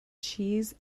cheese